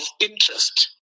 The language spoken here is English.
interest